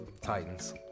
Titans